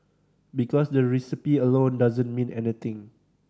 because the recipe alone doesn't mean anything